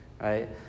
right